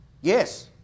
Yes